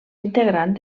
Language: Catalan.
integrant